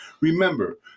Remember